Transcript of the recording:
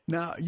Now